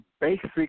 basic